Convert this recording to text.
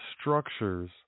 structures